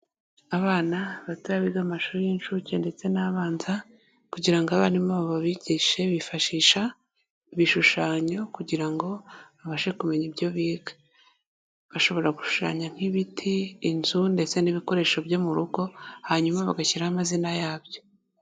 Abana batoya biga mu mashuri y'incuke ndetse n'abanza, kugira ngo abarimu babo babigishe, bifashisha ibishushanyo, kugira ngo babashe kumenya ibyo biga. Bashobora gushushanya nk'ibiti, inzu, ndetse n'ibikoresho byo mu rugo, hanyuma bagashyiraho amazina yabyo.